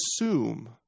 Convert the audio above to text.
assume